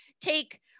take